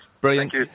brilliant